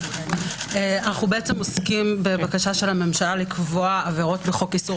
אנחנו עוסקים בבקשה של הממשלה לקבוע עבירות בחוק איסור